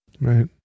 Right